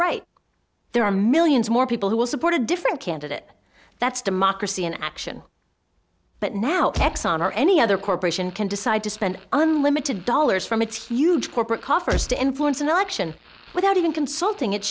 right there are millions more people who will support a different candidate that's democracy in action but now exxon or any other corporation can decide to spend unlimited dollars from its huge corporate coffers to influence an election without even consulting it